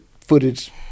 footage